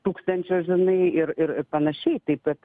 tūkstančio žinai ir ir panašiai taip kad